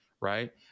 Right